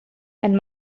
ein